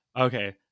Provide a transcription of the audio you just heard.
Okay